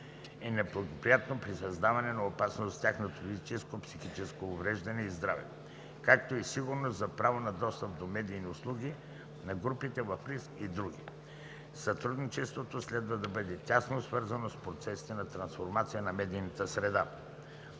е неблагоприятно или създава опасност за тяхното физическо и психическо здраве, както и сигурност на правото за достъп до медийни услуги на групите в риск и други; сътрудничеството следва да бъде тясно свързано с процесите на трансформация на медийната среда.